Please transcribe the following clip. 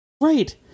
Right